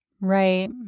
Right